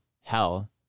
hell